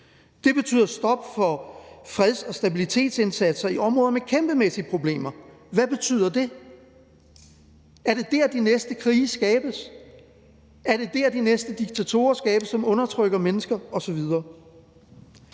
Det betyder stop for freds- og stabilitetsindsatser i områder med kæmpemæssige problemer. Hvad betyder det? Er det der, de næste krige skabes? Er det der, de næste diktatorer skabes, som undertrykker mennesker